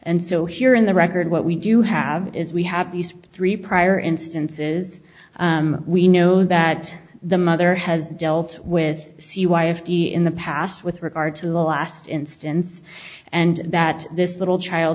and so here in the record what we do have is we have these three prior instances we know that the mother has dealt with c y f d in the past with regard to the last instance and that this little child